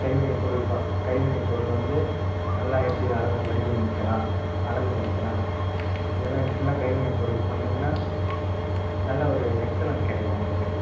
கைவினைப் பொருள் ப கைவினைப் பொருள் வந்து நல்லா எப்படி அழகாக வடிவமைக்கலாம் அழகுப்படுத்தலாம் இதெல்லாம் இப்படிலாம் கைவினைப் பொருள் பண்ணிங்கன்னா நல்ல ஒரு எக்செலண்ட் கிடைக்கும் உங்களுக்கு